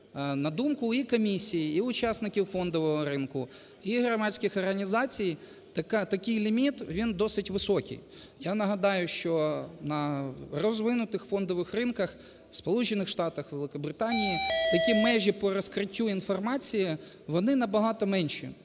На думку і комісії, і учасників фондового ринку, і громадських організацій, такий ліміт, він досить високий. Я нагадаю, що на розвинутих фондових ринках в Сполучених Штатах, в Великобританії такі межі по розкриттю інформації, вони набагато менші.